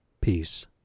Peace